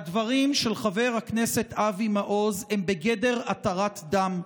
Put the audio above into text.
הדברים של חבר הכנסת אבי מעוז הם בגדר התרת דם.